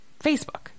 Facebook